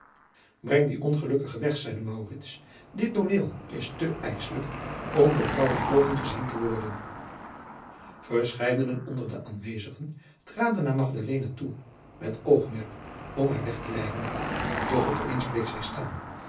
breng die ongelukkige weg zeide maurits dit tooneel is te ijsselijk om door vrouwenoogen gezien te worden verscheidenen onder de aanwezigen traden naar magdalena toe met oogmerk om haar weg te leiden doch op eens bleef zij staan